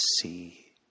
see